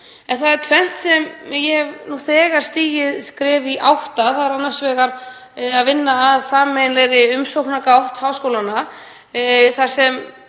En það er tvennt sem ég hef nú þegar stigið skref í átt að. Það er annars vegar að vinna að sameiginlegri umsóknargátt háskólanna þar sem